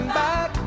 back